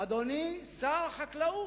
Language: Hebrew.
אדוני שר החקלאות,